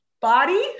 Body